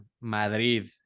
Madrid